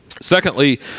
secondly